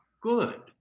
good